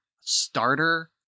starter